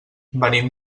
venim